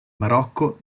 marocco